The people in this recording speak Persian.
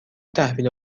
تحویل